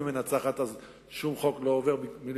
אם היא מנצחת אז שום חוק לא עובר ממילא.